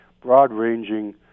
broad-ranging